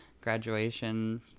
graduation